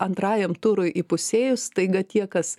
antrajam turui įpusėjus staiga tie kas